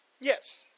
Yes